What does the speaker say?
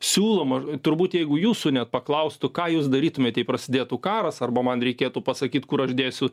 siūloma turbūt jeigu jūsų net paklaustų ką jūs darytumėt jei prasidėtų karas arba man reikėtų pasakyt kur aš dėsiu